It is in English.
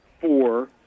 four